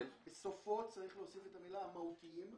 בסופו צריך להוסיף את המילה "המהותיים".